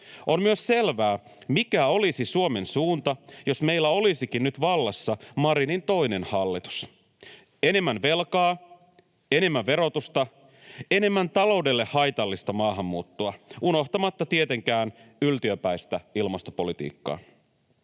On myös selvää, mikä olisi Suomen suunta, jos meillä olisikin nyt vallassa Marinin toinen hallitus: enemmän velkaa, enemmän verotusta, enemmän taloudelle haitallista maahanmuuttoa, unohtamatta tietenkään yltiöpäistä ilmastopolitiikkaa.